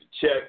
check